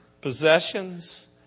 possessions